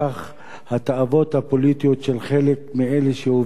התאוות הפוליטיות של חלק מאלה שהובילו את המאבק,